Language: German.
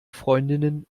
freundinnen